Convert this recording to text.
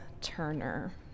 Turner